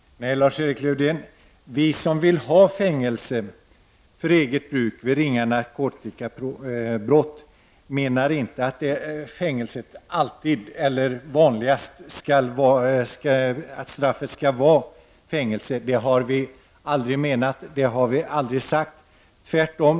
Herr talman! Nej, Lars-Erik Lövdén, vi som vill att fängelse skall utdömas för eget bruk vid ringa narkotikabrott menar inte att straffet vanligen skall vara fängelse. Det har vi aldrig sagt, tvärtom.